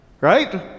Right